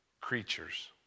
creatures